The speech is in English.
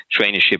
traineeship